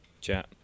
chat